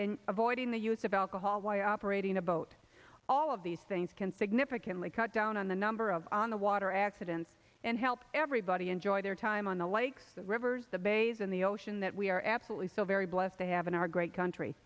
and avoiding the use of alcohol why operating a boat all of these things can think nipa can we cut down on the number on the water accidents and help everybody enjoy their time on the likes of rivers the bays and the ocean that we are absolutely so very blessed to have in our great country